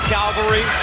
Calvary